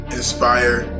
inspire